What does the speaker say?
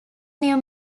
new